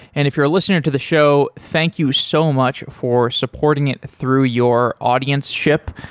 and if you're a listener to the show, thank you so much for supporting it through your audienceship.